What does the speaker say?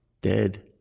dead